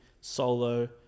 solo